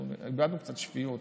אנחנו איבדנו קצת שפיות.